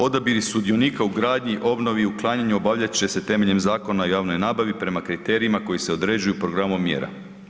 Odabiri sudionika u gradnji, obnovi i uklanjanju obavljat će se temeljem Zakona o javnoj nabavi prema kriterijima koji se određuju programom mjera.